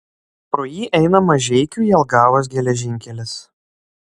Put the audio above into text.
pro jį eina mažeikių jelgavos geležinkelis